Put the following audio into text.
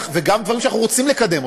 גם דברים שאנחנו רוצים לקדם,